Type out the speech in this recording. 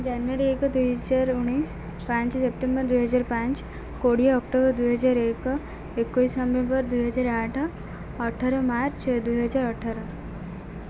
ଜାନୁଆରୀ ଏକ ଦୁଇହଜାର ଉଣେଇଶ ପାଞ୍ଚ ସେପ୍ଟେମ୍ବର୍ ଦୁଇହଜାର ପାଞ୍ଚ କୋଡ଼ିଏ ଅକ୍ଟୋବର୍ ଦୁଇହଜାର ଏକ ଏକୋଇଶ ନଭେମ୍ବର୍ ଦୁଇହଜାର ଆଠ ଅଠର ମାର୍ଚ୍ଚ୍ ଦୁଇହଜାର ଅଠର